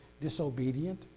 disobedient